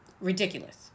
Ridiculous